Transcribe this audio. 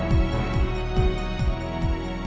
we